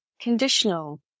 conditional